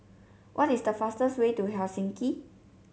what is the fastest way to Helsinki